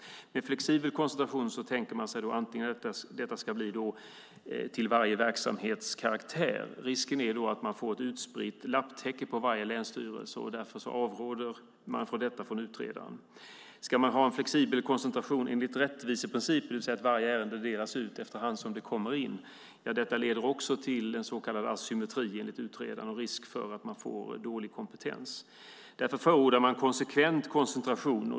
En flexibel koncentration som man tänker sig är att det ska vara utifrån varje verksamhets karaktär. Risken är då att man får ett utspritt lapptäcke på varje länsstyrelse. Därför avråder utredaren från detta. En flexibel koncentration enligt rättviseprincipen, det vill säga att varje ärende delas ut efter hand som det kommer in, leder också till en så kallad asymmetri, enligt utredaren, och risk för att man får dålig kompetens. Därför förordas konsekvent koncentration.